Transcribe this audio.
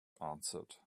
answered